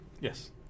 yes